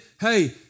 hey